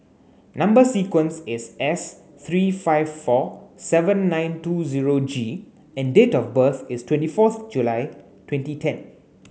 Number sequence is S three five four seven nine two zero G and date of birth is twenty fourth July twenty ten